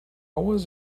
was